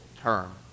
term